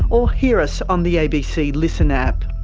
or hear us on the abc listen app.